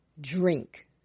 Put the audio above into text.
drink